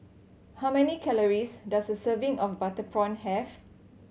how many calories does a serving of butter prawn have